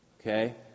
Okay